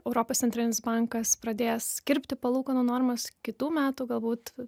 europos centrinis bankas pradės kirpti palūkanų normas kitų metų galbūt